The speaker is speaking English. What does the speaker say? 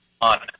on